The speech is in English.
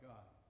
God